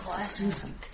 Susan